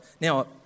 Now